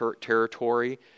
territory